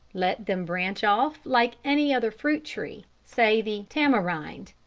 let them branch off like any other fruit-tree, say the tamarind,